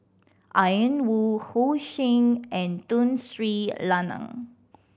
Ian Woo Ho Ching and Tun Sri Lanang